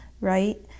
right